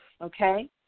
okay